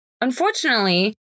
Unfortunately